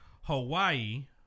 hawaii